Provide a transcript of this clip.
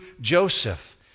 Joseph